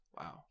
Wow